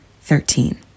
Thirteen